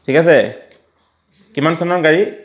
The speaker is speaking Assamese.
ঠিক আছে কিমান চনৰ গাড়ী